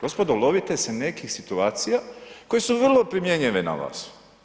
Gospodo, lovite se nekih situacija koje su vrlo primjenjive na vas.